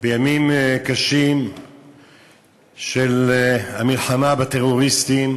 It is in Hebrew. בימים קשים של המלחמה בטרוריסטים,